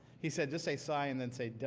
he said, just say sigh and then say, duh.